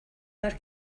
our